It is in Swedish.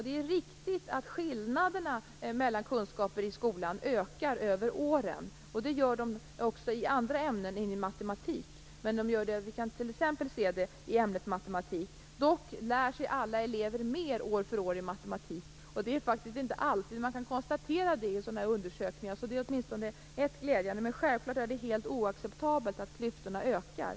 Det är riktigt att skillnaderna mellan kunskaper i skolan ökar över åren. Det gör de även i andra ämnen. Dock lär sig alla elever mer år för år i matematik. Och det är faktiskt inte alltid som man kan konstatera det i sådana undersökningar. Det är åtminstone ett glädjeämne. Men självklart är det helt oacceptabelt att klyftorna ökar.